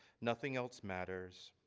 nothing else matters.